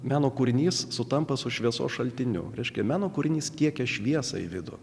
meno kūrinys sutampa su šviesos šaltiniu reiškia meno kūrinys tiekia šviesą į vidų